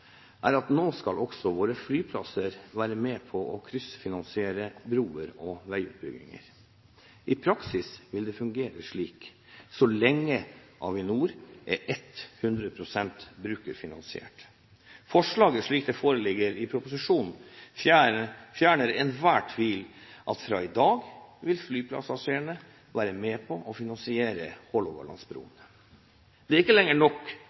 er at nå skal også våre flyplasser være med på å kryssfinansiere broer og veiutbygginger. I praksis vil det fungere slik så lenge Avinor er 100 pst. brukerfinansiert. Forslaget, slik det foreligger i proposisjonen, fjerner enhver tvil om at fra i dag vil flypassasjerene være med på å finansiere Hålogalandsbrua. Det er ikke lenger nok